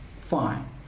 fine